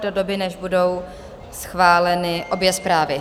do doby, než budou schváleny obě zprávy.